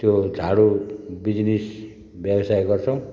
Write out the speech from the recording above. त्यो झाडु बिजनेस व्यवसाय गर्छौँ